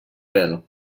pèl